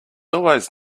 always